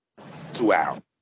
throughout